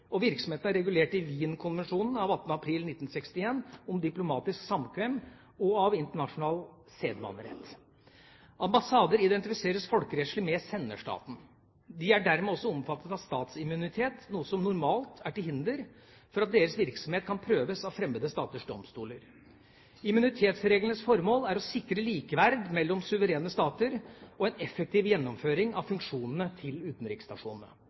Virksomheten er regulert i Wien-konvensjonen av 18. april 1961 om diplomatisk samkvem og av internasjonal sedvanerett. Ambassader identifiseres folkerettslig med senderstaten. De er dermed også omfattet av statsimmunitet, noe som normalt er til hinder for at deres virksomhet kan prøves av fremmede staters domstoler. Immunitetsreglenes formål er å sikre likeverd mellom suverene stater og en effektiv gjennomføring av funksjonene til utenriksstasjonene.